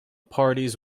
parties